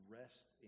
rest